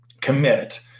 commit